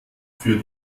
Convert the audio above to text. für